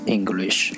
English